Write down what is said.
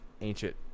ancient